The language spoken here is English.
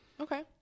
Okay